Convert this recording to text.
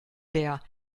der